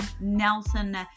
Nelson